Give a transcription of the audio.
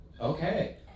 Okay